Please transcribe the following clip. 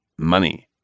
money.